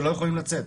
שלא יכולים לצאת.